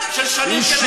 תתנצלו.